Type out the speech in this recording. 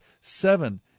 Seven